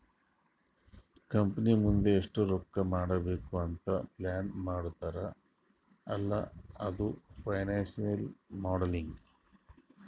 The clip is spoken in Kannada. ಕಂಪನಿ ಮುಂದ್ ಎಷ್ಟ ರೊಕ್ಕಾ ಮಾಡ್ಬೇಕ್ ಅಂತ್ ಪ್ಲಾನ್ ಮಾಡ್ತಾರ್ ಅಲ್ಲಾ ಅದು ಫೈನಾನ್ಸಿಯಲ್ ಮೋಡಲಿಂಗ್